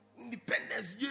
Independence